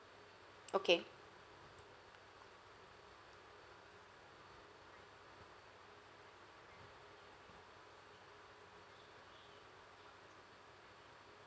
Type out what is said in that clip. okay